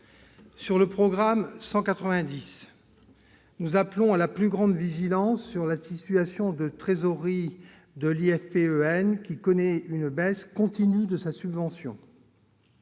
Sur le programme 190, nous appelons à la plus grande vigilance sur la situation de trésorerie de l'IFPEN, qui connaît une baisse continue de sa subvention.